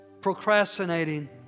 Procrastinating